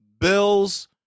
Bills